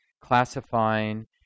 classifying